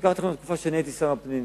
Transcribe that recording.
אקח אתכם לתקופה שבה אני הייתי שר הפנים,